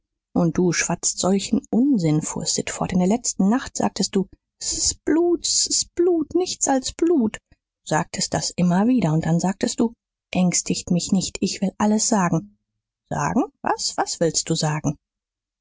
und du schwatzt solchen unsinn fuhr sid fort in der letzten nacht sagtest du s ist blut s ist blut nichts als blut du sagtest das immer wieder und dann sagtest du ängstigt mich nicht ich will alles sagen sagen was was willst du sagen